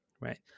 right